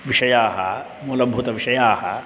विषयाः मूलभूतविषयाः